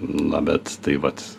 na bet tai vat